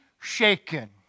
shaken